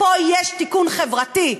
פה יש תיקון חברתי,